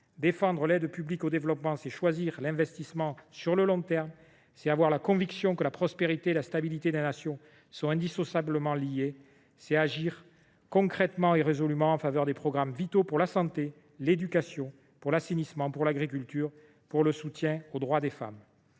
Défendre l’aide publique au développement, c’est choisir l’investissement de long terme, c’est avoir la conviction que la prospérité et la stabilité des nations sont indissociablement liées, c’est agir concrètement et résolument en faveur des programmes vitaux pour la santé, pour l’éducation, pour l’assainissement, pour l’agriculture et pour le soutien aux droits des femmes.